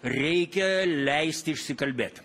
reikia leisti išsikalbėt